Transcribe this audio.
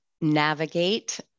navigate